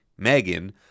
Megan